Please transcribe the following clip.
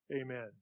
Amen